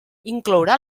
inclourà